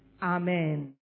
Amen